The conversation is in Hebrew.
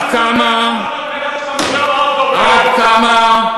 האלוף מצנע, עד כמה,